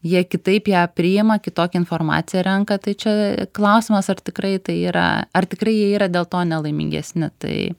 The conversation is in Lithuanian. jie kitaip ją priima kitokią informaciją renka tai čia klausimas ar tikrai tai yra ar tikrai jie yra dėl to nelaimingesni tai